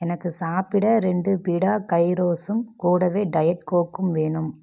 எனக்கு சாப்பிட ரெண்டு பிடா கைரோஸ்ஸும் கூடவே டயட் கோக்கும் வேணும்